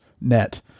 net